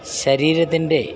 ശരീരത്തിൻ്റെ